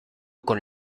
con